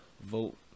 vote